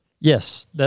Yes